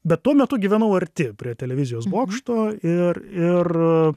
bet tuo metu gyvenau arti prie televizijos bokšto ir ir